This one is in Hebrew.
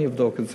אני אבדוק את זה.